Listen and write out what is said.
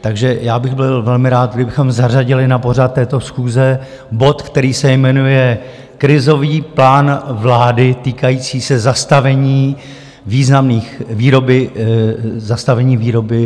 Takže já bych byl velmi rád, kdybychom zařadili na pořad této schůze bod, který se jmenuje Krizový plán vlády týkající se zastavení výroby